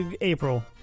April